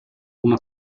una